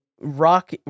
rock